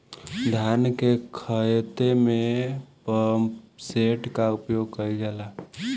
धान के ख़हेते में पम्पसेट का उपयोग कइल जाला?